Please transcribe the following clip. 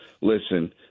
listen